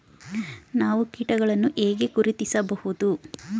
ನಾವು ಕೀಟಗಳನ್ನು ಹೇಗೆ ಗುರುತಿಸಬಹುದು?